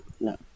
No